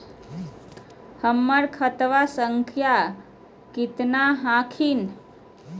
हमर खतवा संख्या केतना हखिन?